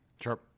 Sure